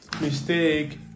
mistake